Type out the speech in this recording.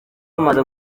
umaze